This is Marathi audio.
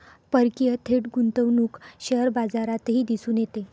परकीय थेट गुंतवणूक शेअर बाजारातही दिसून येते